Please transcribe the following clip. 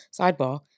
Sidebar